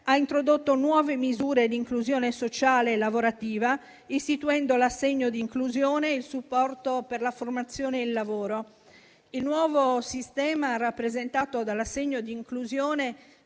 introdotto nuove misure di inclusione sociale e lavorativa istituendo l'assegno di inclusione e il supporto per la formazione e il lavoro. Il nuovo sistema rappresentato dall'assegno di inclusione